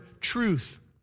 truth